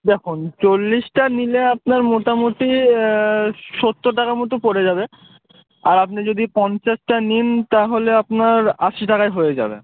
দেখুন চল্লিশটা নিলে আপনার মোটামুটি সত্তর টাকা মতো পড়ে যাবে আর আপনি যদি পঞ্চাশটা নিন তাহলে আপনার আশি টাকায় হয়ে যাবে